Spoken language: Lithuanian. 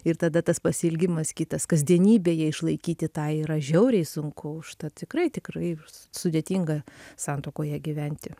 ir tada tas pasiilgimas kitas kasdienybėje išlaikyti tą yra žiauriai sunku užtat tikrai tikrai ir s sudėtinga santuokoje gyventi